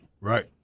Right